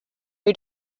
who